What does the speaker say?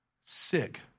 sick